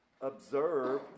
observe